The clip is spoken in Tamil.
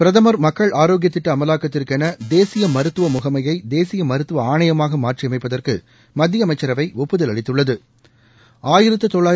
பிரதமர் மக்கள் ஆரோக்கிய திட்ட அமலாக்கத்திற்கென தேசிய மருத்துவ முகமையை தேசிய மருத்துவ ஆணையமாக மாற்றியமைப்பதற்கு மத்திய அமைச்சரவை ஒப்புதல் அளித்துள்ளது